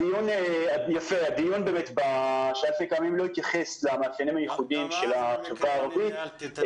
הדיון לא התייחס למאפיינים הייחודים של החברה הערבית.